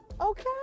okay